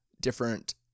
different